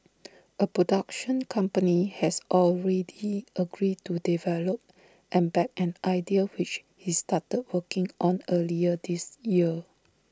A production company has already agreed to develop and back an idea which he started working on earlier this year